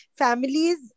families